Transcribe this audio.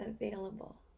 available